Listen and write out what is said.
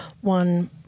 one